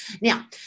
Now